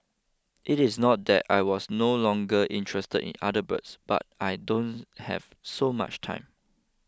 it is not that I was no longer interested in other birds but I don't have so much time